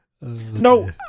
No